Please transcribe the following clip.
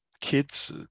kids